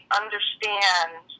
understand